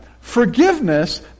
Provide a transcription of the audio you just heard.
Forgiveness